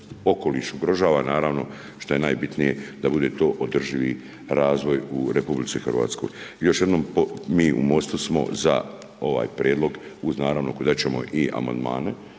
okoliš ugrožava naravno šta je najbitnije da bude to održivi razvoj u Republici Hrvatskoj. I još jednom mi u MOST-u smo za ovaj prijedlog uz naravno …/Govornik